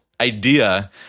idea